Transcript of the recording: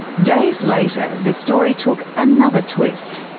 days later the story took another twist.